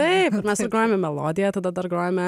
tai mes sugrojame melodiją tada dar grojame